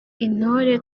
intore